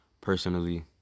Personally